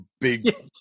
big